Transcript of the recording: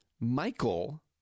Michael